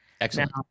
Excellent